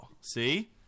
see